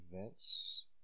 events